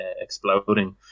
exploding